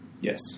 Yes